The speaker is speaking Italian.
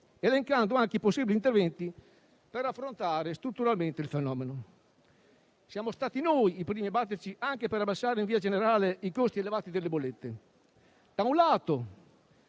elencando anche i possibili interventi per affrontare strutturalmente il fenomeno. Siamo stati noi i primi a batterci anche per abbassare, in via generale, i costi elevati delle bollette. Da un lato